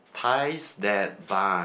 ties that buy